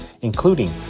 including